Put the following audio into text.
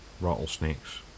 rattlesnakes